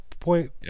Point